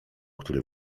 który